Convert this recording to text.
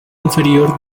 inferior